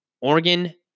Oregon